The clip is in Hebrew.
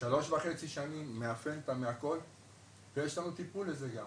3.5 שנים מהפנטה מהכול ויש לנו טיפול לזה גם,